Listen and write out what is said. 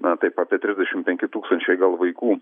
na taip apie trisdešim penki tūkstančiai gal vaikų